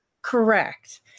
Correct